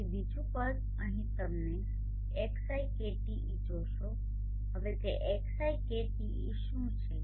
તેથી બીજું પદ અહી તમે xiKTe જોશો હવે તે xiKTe શુ છે